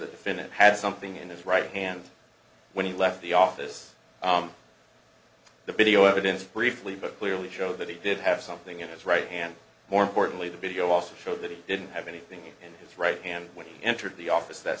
definitive had something in his right hand when he left the office the video evidence briefly but clearly show that he did have something in his right hand more importantly the video also showed that he didn't have anything in his right hand when he entered the office that